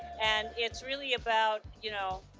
and it's really about you know